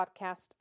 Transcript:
podcast